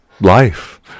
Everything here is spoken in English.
life